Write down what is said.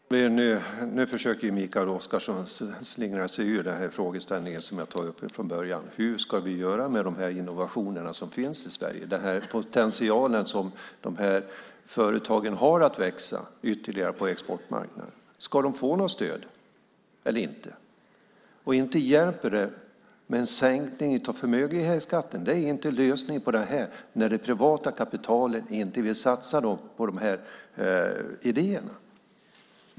Fru talman! Nu försöker Mikael Oscarsson slingra sig ur den frågeställning som jag tog upp från början. Hur ska vi göra med de innovationer som finns i Sverige, med den potential som de här företagen har att växa ytterligare på exportmarknaden? Ska de få något stöd eller inte? Inte hjälper det med en sänkning av förmögenhetsskatten. Det är inte lösningen på det när det privata kapitalet inte vill satsa på de här idéerna.